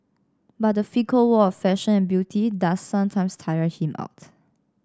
but the fickle world of fashion and beauty does sometimes tire him out